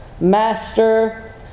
Master